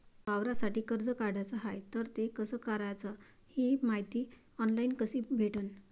वावरासाठी कर्ज काढाचं हाय तर ते कस कराच ही मायती ऑनलाईन कसी भेटन?